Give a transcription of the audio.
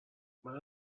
منم